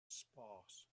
sparse